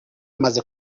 amaze